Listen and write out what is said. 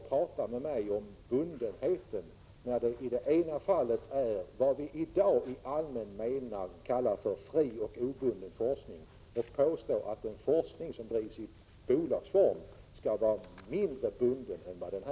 Tala inte om bundenhet när det gäller det som vi i dag i allmänhet kallar för fri och obunden forskning och påstå att en forskning som bedrivs i bolagsform skulle vara mindre bunden än den!